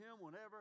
whenever